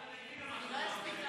להעביר את הצעת